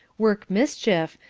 work mischief,